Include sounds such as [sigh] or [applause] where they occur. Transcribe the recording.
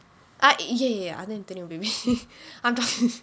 ah ya ya ya அது எனக்கு தெரியும்:athu enakku theriyum baby I'm talking [laughs]